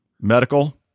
Medical